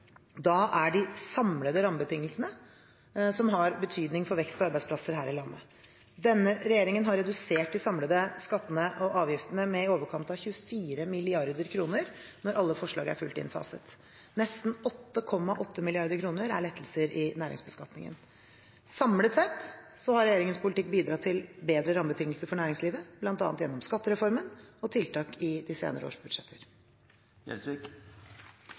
er de samlede rammebetingelsene som har betydning for vekst og arbeidsplasser her i landet. Denne regjeringen har redusert de samlede skattene og avgiftene med i overkant av 24 mrd. kr når alle forslag er fullt innfaset. Nesten 8,8 mrd. kr er lettelser i næringsbeskatningen. Samlet sett har regjeringens politikk bidratt til bedre rammebetingelser for næringslivet, bl.a. gjennom skattereformen og tiltak i de senere